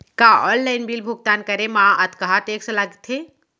का online bill भुगतान करे मा अक्तहा टेक्स लगथे?